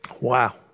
Wow